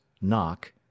knock